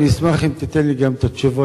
אני אשמח אם תיתן לי גם את התשובות,